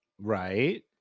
Right